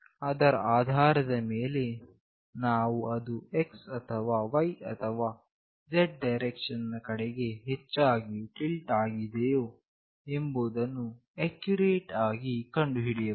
ಅದರ ಆಧಾರದ ಮೇಲೆ ನಾವು ಅದು x ಅಥವಾ y ಅಥವಾ z ಡೈರೆಕ್ಷನ್ ನ ಕಡೆ ಹೆಚ್ಚಾಗಿ ಟಿಲ್ಟ್ ಆಗಿದೆಯೋ ಎಂಬುದನ್ನು ಅಕ್ಯುರೇಟ್ ಆಗಿ ಕಂಡುಹಿಡಿಯಬಹುದು